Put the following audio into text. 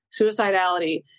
suicidality